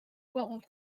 world